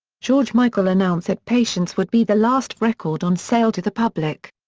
george michael announced that patience would be the last record on sale to the public.